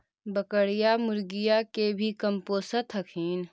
बकरीया, मुर्गीया के भी कमपोसत हखिन?